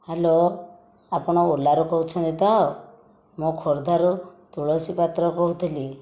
hello ଆପଣ ଓଲାରୁ କହୁଛନ୍ତି ତ ମୁଁ ଖୋର୍ଦ୍ଧାରୁ ତୁଳସୀ ପାତ୍ର କହୁଥିଲି